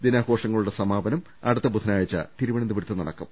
ദിനാഘോഷങ്ങളുടെ സമാപനം അടുത്ത ബുധനാഴ്ച തിരു വനന്തപുരത്ത് നടക്കും